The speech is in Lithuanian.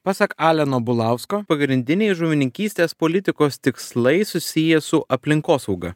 pasak aleno bulausko pagrindiniai žuvininkystės politikos tikslai susiję su aplinkosauga